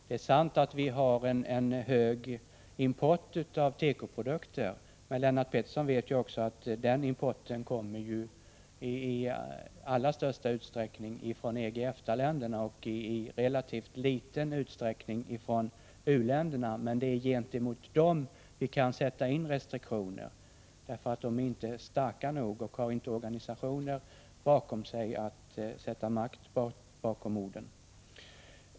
Det är sant att vi har en stor import av tekoprodukter, men Lennart Pettersson vet också att den importen i största utsträckning kommer från EG och EFTA-länderna och i relativt liten utsträckning från u-länderna. Men det är gentemot u-länderna som vi kan sätta in restriktioner, eftersom u-länderna inte är så starka och saknar organisationer, varför de inte kan sätta makt bakom orden.